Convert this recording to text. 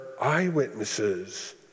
eyewitnesses